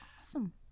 Awesome